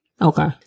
Okay